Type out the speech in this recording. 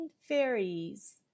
fairies